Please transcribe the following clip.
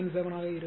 0097 ஆக இருக்கும்